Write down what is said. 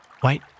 white